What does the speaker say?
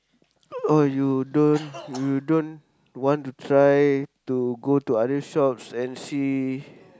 oh you don't you don't want to try to go to other shops and see